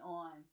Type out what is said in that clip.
on